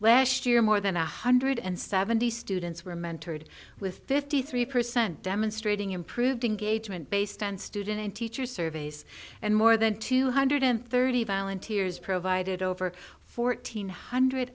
last year more than one hundred and seventy students were mentored with fifty three percent demonstrating improved engagement based on student and teacher surveys and more than two hundred thirty volunteers provided over fourteen hundred